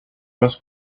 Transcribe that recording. was